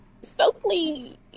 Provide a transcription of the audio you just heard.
Stokely